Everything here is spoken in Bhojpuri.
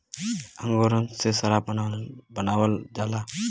अंगूरन से सराबो बनावल जाला